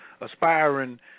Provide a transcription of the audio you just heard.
aspiring